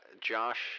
josh